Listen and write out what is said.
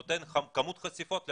נותן כמות חשיפות לגבי האינטרנט.